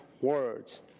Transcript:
words